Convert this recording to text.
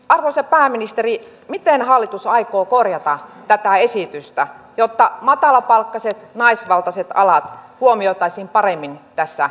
arvoisa pääministeri miten hallitus aikoo korjata tätä esitystä jotta matalapalkkaiset naisvaltaiset alat huomioitaisiin paremmin tässä esityksessä